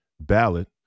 ballot